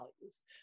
values